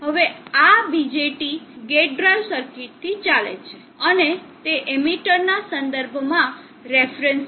હવે આ BJT gate drive સર્કિટથી ચાલે છે અને તે એમીટરના સંદર્ભમાં રેફરન્સ છે